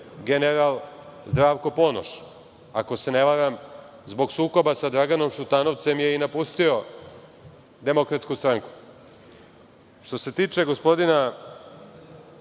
general Zdravko Ponoš. Ako se ne varam, zbog sukoba sa Draganom Šutanovcem je i napustio Demokratsku stranku. Što se tiče gospodina